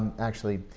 actually.